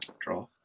Draw